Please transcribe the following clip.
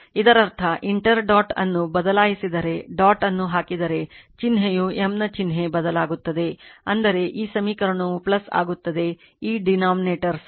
ಇದರರ್ಥ inter dot ಅನ್ನು ಬದಲಾಯಿಸಿದರೆ ಡಾಟ್ ಅನ್ನು ಹಾಕಿದರೆ ಚಿಹ್ನೆಯು M ನ ಚಿಹ್ನೆ ಬದಲಾಗುತ್ತದೆ ಅಂದರೆ ಈ ಸಮೀಕರಣವು ಆಗುತ್ತದೆ ಈ denominator ಸಹ